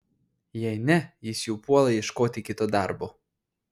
jei ne jis jau puola ieškoti kito darbo